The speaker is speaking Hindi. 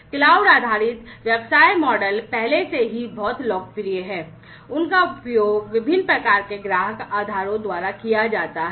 क्लाउड आधारित व्यवसाय मॉडल पहले से ही बहुत लोकप्रिय हैं उनका उपयोग विभिन्न प्रकार के ग्राहक आधारों द्वारा किया जाता है